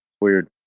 weird